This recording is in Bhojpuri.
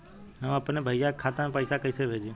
हम अपने भईया के खाता में पैसा कईसे भेजी?